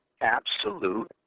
absolute